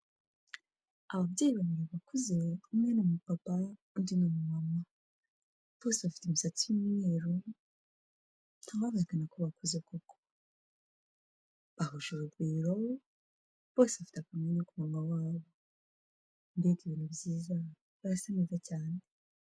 Ababyeyi babiri bakuze, umwe ni umu papa undi ni umu mama. Bose bafite imisatsi y'umweru ntawabahakana ko bakuze kuko. Bahuje urugwiro, bose bafite akamwenyu ku munwa wabo. Mbega ibintu byiza, barasa neza cyane.